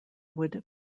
would